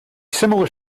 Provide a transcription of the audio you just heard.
similar